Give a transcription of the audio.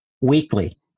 weekly